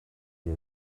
гэв